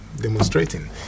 demonstrating